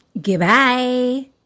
Goodbye